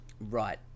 Right